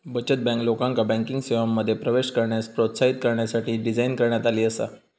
बचत बँक, लोकांका बँकिंग सेवांमध्ये प्रवेश करण्यास प्रोत्साहित करण्यासाठी डिझाइन करण्यात आली आसा